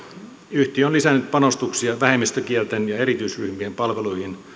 yhtiö on lisännyt panostuksia vähemmistökielten ja erityisryhmien palveluihin